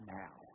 now